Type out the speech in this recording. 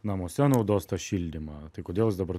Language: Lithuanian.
namuose naudos tą šildymą tai kodėl jis dabar